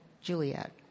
Juliet